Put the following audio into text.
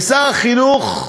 ושר החינוך,